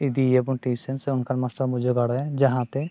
ᱤᱫᱤᱭ ᱮᱭᱟᱵᱚᱱ ᱥᱮ ᱚᱱᱠᱟᱱ ᱵᱚᱱ ᱡᱚᱜᱟᱲᱟᱭᱟ ᱡᱟᱦᱟᱸᱛᱮ